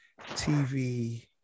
TV